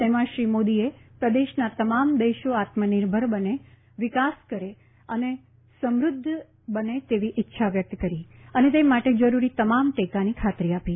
તેમાં શ્રી મોદીએ પ્રદેશના તમામ દેશો આત્મનિર્ભર બને વિકાસ કરે અને સમૃધ્ધ બને તેવી ઈચ્છા વ્યકત કરી અને તે માટે જરૂરી તમામ ટેકાની ખાતરી આપી